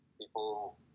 people